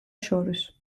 შორის